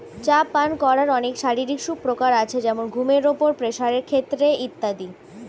চা পান করার অনেক শারীরিক সুপ্রকার আছে যেমন ঘুমের উপর, প্রেসারের ক্ষেত্রে ইত্যাদি